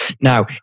Now